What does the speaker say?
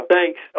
Thanks